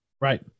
Right